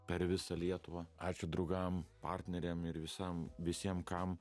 per visą lietuvą ačiū draugam partneriam ir visam visiem kam